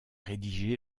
rédigé